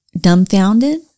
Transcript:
dumbfounded